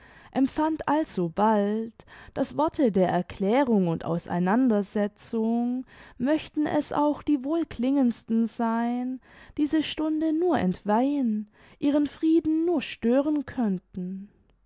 empfand alsobald daß worte der erklärung und auseinandersetzung möchten es auch die wohlklingendsten sein diese stunde nur entweihen ihren frieden nur stören könnten